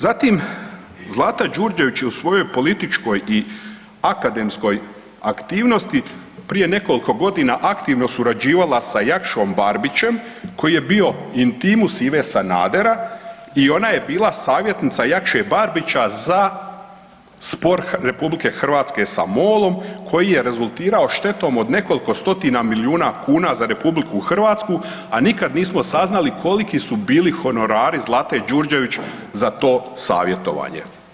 Zatim, Zlata Đurđević je u svojoj političkoj i akademskoj aktivnosti prije nekoliko godina aktivno surađivala sa Jakšom Barbićem koji je bio intimus Ive Sanadera i ona je bila savjetnica Jakše Barbića za spor RH sa MOL-om koji je rezultirao štetom od nekoliko stotina milijuna kuna za RH, a nikad nismo saznali koliki su bili honorari Zlate Đurđević za to savjetovanje.